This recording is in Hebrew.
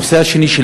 הנושא השני,